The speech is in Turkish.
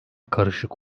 karışık